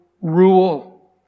rule